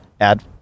add